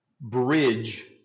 bridge